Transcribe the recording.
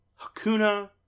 Hakuna